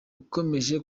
akomeje